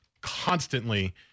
constantly